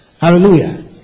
Hallelujah